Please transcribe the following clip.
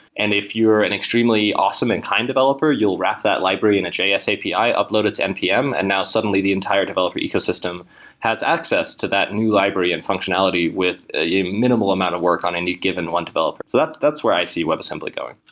and if you are an extremely awesome and kind developer, you will wrap that library in a js api, upload its npm, and now suddenly the entire developer ecosystem has access to that new library and functionality with ah minimal amount of work on any given one developer. that's that's where i see webassembly going.